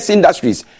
Industries